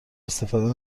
استفاده